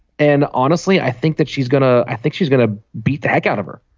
and honestly i think that she's going to i think she's gonna beat the heck out of her.